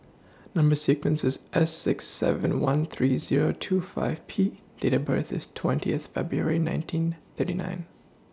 Number sequence IS S six seven one three Zero two five P Date of birth IS twentieth February nineteen thirty nine